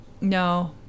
No